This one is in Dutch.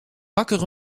wakker